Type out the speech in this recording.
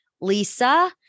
Lisa